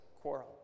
quarrel